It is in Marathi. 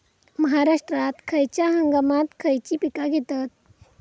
महाराष्ट्रात खयच्या हंगामांत खयची पीका घेतत?